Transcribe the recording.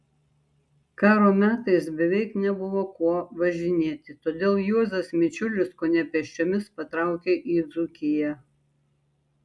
karo metais beveik nebuvo kuo važinėti todėl juozas mičiulis kone pėsčiomis patraukė į dzūkiją